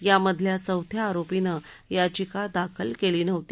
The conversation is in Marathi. यामधल्या चौथ्या आरोपीनं याचिका दाखल केली नव्हती